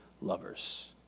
lovers